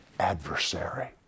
adversary